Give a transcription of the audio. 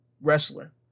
wrestler